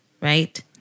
right